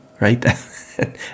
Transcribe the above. Right